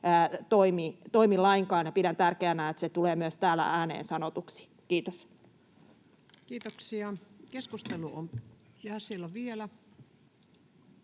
toimi lainkaan, ja pidän tärkeänä, että se tulee myös täällä ääneen sanotuksi. — Kiitos. Kiitoksia. Keskustelu on... Ja siellä on vielä.